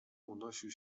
unosił